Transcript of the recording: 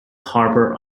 harbor